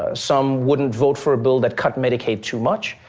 ah some wouldn't vote for a bill that cut medicaid too much.